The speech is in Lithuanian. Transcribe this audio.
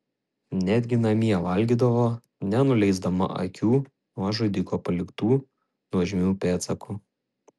netgi namie valgydavo nenuleisdama akių nuo žudiko paliktų nuožmių pėdsakų